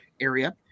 area